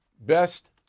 Best